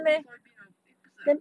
是 soybean or eh 不是啊